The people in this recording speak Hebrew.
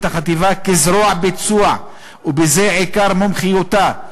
החטיבה כזרוע ביצוע ובזה עיקר מומחיותה.